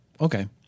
Okay